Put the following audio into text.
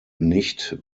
nicht